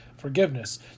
forgiveness